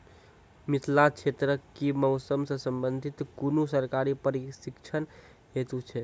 मिथिला क्षेत्रक कि मौसम से संबंधित कुनू सरकारी प्रशिक्षण हेतु छै?